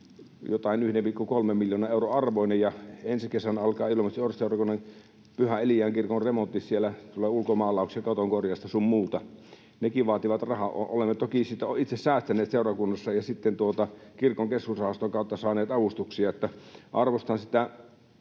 jotain 1,3 miljoonan euron arvoinen, ja ensi kesänä alkaa Ilomantsin ortodoksisen seurakunnan Pyhän Elian kirkon remontti. Siellä tulee ulkomaalauksia, katon korjausta sun muuta. Nekin vaativat rahaa. Olemme toki sitä itse säästäneet seurakunnassa ja sitten Kirkon keskusrahaston kautta saaneet avustuksia. Arvostan sitä